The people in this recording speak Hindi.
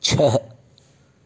छः